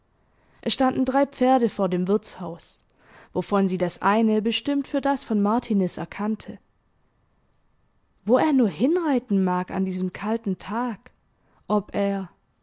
es standen drei pferde vor dem wirtshaus wovon sie das eine bestimmt für das von martiniz erkannte wo er nur hinreiten mag an diesem kalten tag ob er